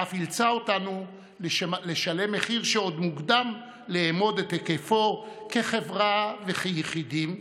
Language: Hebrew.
ואף אילצה אותנו לשלם מחיר שעוד מוקדם לאמוד את היקפו כחברה וכיחידים,